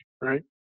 right